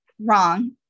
wrong